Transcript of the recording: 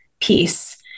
piece